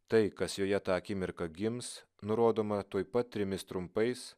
tai kas joje tą akimirką gims nurodoma tuoj pat trimis trumpais